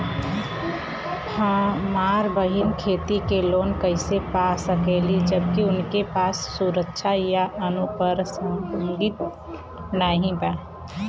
हमार बहिन खेती के लोन कईसे पा सकेली जबकि उनके पास सुरक्षा या अनुपरसांगिक नाई बा?